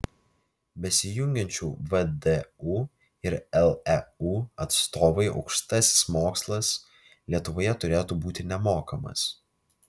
besijungiančių vdu ir leu atstovai aukštasis mokslas lietuvoje turėtų būti nemokamas